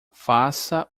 faça